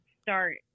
start